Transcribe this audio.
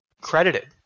credited